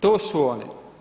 To su oni.